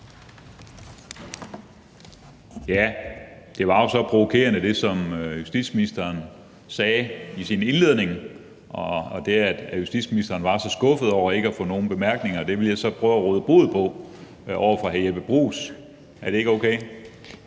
Peter Skaarup (DF): Det, som justitsministeren sagde i sin indledning, var jo så provokerende, og det, at justitsministeren var så skuffet over ikke at få nogen bemærkninger, vil jeg så prøve at råde bod på over for hr. Jeppe Bruus. Er det ikke okay?